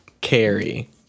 carry